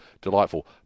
delightful